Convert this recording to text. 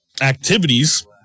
activities